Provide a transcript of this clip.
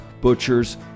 butchers